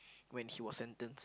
when he was sentenced